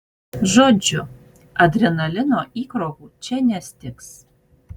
žodžiu adrenalino įkrovų čia nestigs